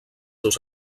seus